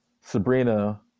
Sabrina